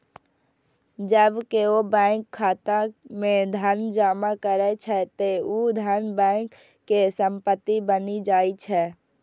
जब केओ बैंक खाता मे धन जमा करै छै, ते ऊ धन बैंक के संपत्ति बनि जाइ छै